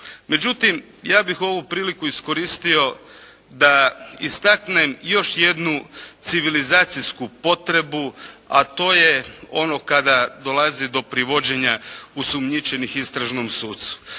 Međutim ja bih ovu priliku iskoristio da istaknem još jednu civilizacijsku potrebu, a to je ono kada dolazi do privođenja osumnjičenih istražnom sucu.